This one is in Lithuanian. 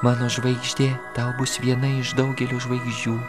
mano žvaigždė tau bus viena iš daugelio žvaigždžių